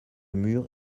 mur